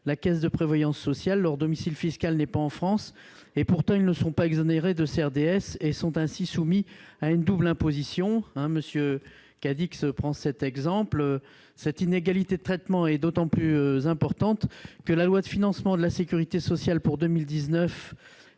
la Caisse de prévoyance sociale, et leur domicile fiscal n'est pas en France. Pour autant, ils ne sont pas exonérés de CRDS et se retrouvent soumis à une double imposition. Cette inégalité de traitement est d'autant plus importante que la loi de financement de la sécurité sociale pour 2019